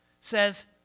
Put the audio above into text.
says